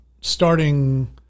starting